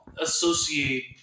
associate